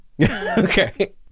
Okay